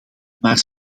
maar